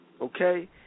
okay